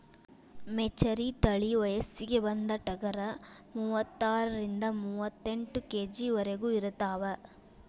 ಮೆಚರಿ ತಳಿ ವಯಸ್ಸಿಗೆ ಬಂದ ಟಗರ ಮೂವತ್ತಾರರಿಂದ ಮೂವತ್ತೆಂಟ ಕೆ.ಜಿ ವರೆಗು ಇರತಾವ